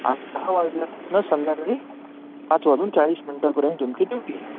आणि दहा वाजल्यापासून संध्याकाळी पाच वाजून चाळीस मिनिटापर्यंत तुमची ड्युटी आहे